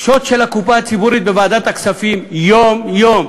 שוד של הקופה הציבורית בוועדת הכספים יום-יום.